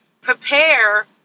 prepare